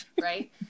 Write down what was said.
right